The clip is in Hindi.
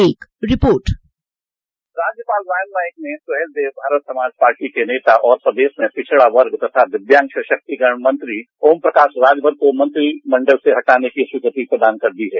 एक रिपोर्ट राज्यपाल राम नाईक ने सुहेलदेव भारत समाज पार्टी के नेता और प्रदेश में पिछड़ा वर्ग तथा दिव्यांग सशक्तिकरण मंत्री ओमप्रकाश राजभर को मंत्रिमंडल से हटाने की स्वीकृति प्रदान कर दी है